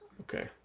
Okay